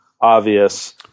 obvious